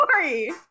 sorry